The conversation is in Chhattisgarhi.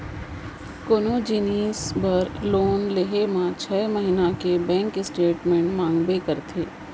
कोनो जिनिस बर लोन लेहे म छै महिना के बेंक स्टेटमेंट मांगबे करथे